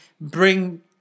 bring